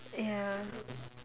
ya